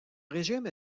régime